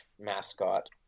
mascot